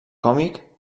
còmic